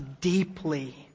deeply